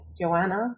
Joanna